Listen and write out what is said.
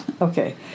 okay